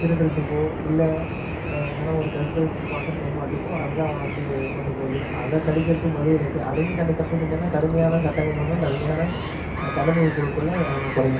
திருடுறத்துக்கோ இல்லை எதனா ஒரு கற்பழிப்பு போன்ற செயல்பாட்டுக்கோ அதுதான் அவனை வந்து கொண்டு போகுது அதை தடுக்கிறதுக்கு மது விலக்கு அதையும் தாண்டி தப்பு செஞ்சானா கடுமையான சட்டங்கள் மூலியமா கடுமையான தண்டனைகள் கொடுக்கக்குள்ள அது நமக்கு குறையும்